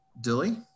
Dilly